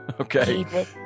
Okay